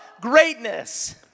Greatness